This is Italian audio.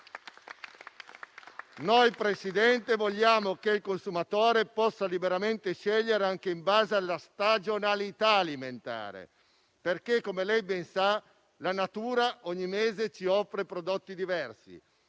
Presidente, noi vogliamo che il consumatore possa liberamente scegliere anche in base alla stagionalità alimentare, perché, come lei ben sa, la natura ogni mese ci offre prodotti diversi.